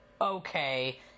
okay